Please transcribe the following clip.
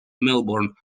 melbourne